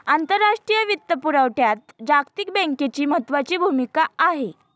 आंतरराष्ट्रीय वित्तपुरवठ्यात जागतिक बँकेची महत्त्वाची भूमिका आहे